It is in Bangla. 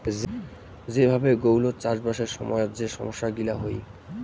যে ভাবে গৌলৌর চাষবাসের সময়ত যে সমস্যা গিলা হই